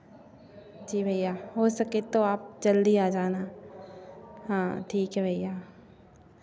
जी भैया हो सके तो आप जल्दी आ जाना हाँ ठीक है भैया